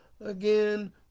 again